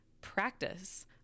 practice